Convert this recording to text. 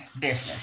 business